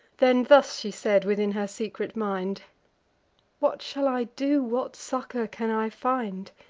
then thus she said within her secret mind what shall i do? what succor can i find?